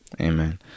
Amen